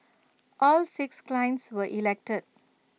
all six clients were elected